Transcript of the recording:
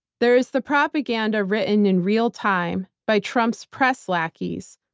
there's the propaganda written in real time by trump's press lackeys,